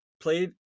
played